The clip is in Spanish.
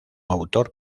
autor